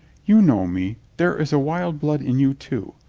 you know me. there is wild blood in you, too.